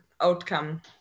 outcome